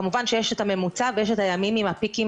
כמובן שיש את הממוצע ויש את הימים עם הפיקים